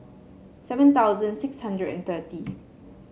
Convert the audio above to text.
seven thousand six hundred and thirty